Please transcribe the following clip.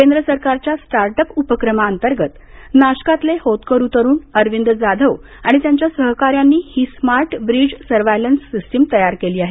केंद्र सरकारच्या स्टार्टअप उपक्रमा अंतर्गत नाशकातले होतकरू तरुण अरविंद जाधव आणि त्याच्या सहकाऱ्यांनी ही स्मार्ट ब्रीज सर्वायलन्स सिस्टीम तयार केली आहे